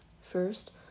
First